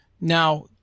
Now